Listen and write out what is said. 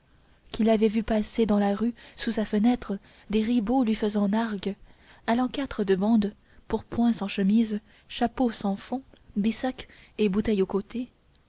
qu'il avait vu passer dans la rue sous sa fenêtre des ribauds lui faisant nargue allant quatre de bande pourpoint sans chemise chapeau sans fond bissac et bouteille au côté